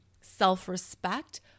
self-respect